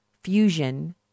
Fusion